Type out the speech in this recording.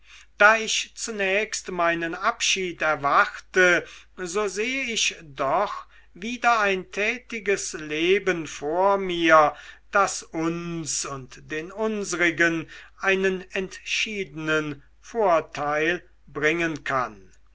da ich zunächst meinen abschied erwarte so sehe ich doch wieder ein tätiges leben vor mir das uns und den unsrigen einen entschiedenen vorteil bringen kann